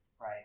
right